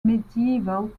medieval